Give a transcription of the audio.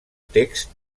text